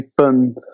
fun